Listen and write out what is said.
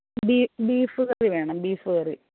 beef കറി വേണം beef കറി